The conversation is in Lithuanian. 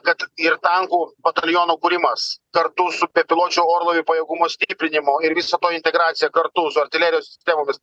kad ir tankų batalionų kūrimas kartu su bepiločių orlaivių pajėgumo stiprinimu ir viso to integracija kartu su artilerijos sistemomis